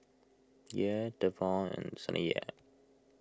Yair Devaughn and Saniyah